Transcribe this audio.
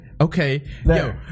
Okay